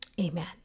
Amen